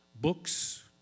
books